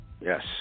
Yes